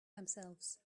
themselves